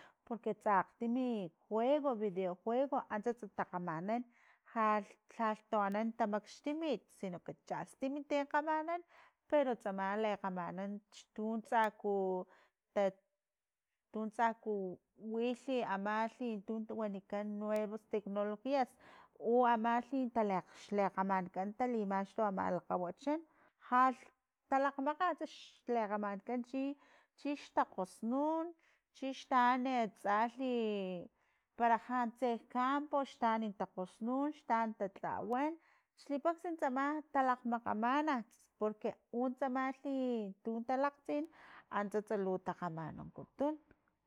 Porque tsa akgtim juego videojuego antsats takgamanan lhal- lhal tuanan tamaxtimit sino que chastimi ti kgamanan, pero tsamal lekgamanan tu tsaku ta tu tsaku wilhi amalhi tu wanikan nuevas tecnologías u amalhi tali xlekgamankan talimaxtuy ama lakgawachan lhalh talakgmakgan xlekgamankan chik- chik takgosnun chixtaan atsalhi para jantse campo xtaan takgosnun xtaan tatlawan xipaxsan tsama talakgmakgamana porque utsamali tu talakgtsin antsats lu takgamanankutun.